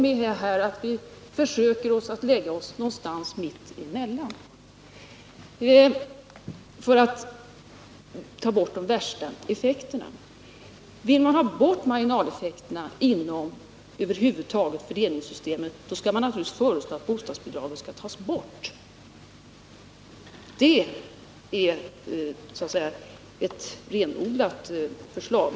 Vi försöker nu lägga oss någonstans mitt emellan för att ta bort de värsta effekterna. Vill man ha bort marginaleffekterna över huvud taget inom fördelningssystemet, skall man naturligtvis föreslå att bostadsbidraget tas bort. Det är ett renodlat förslag.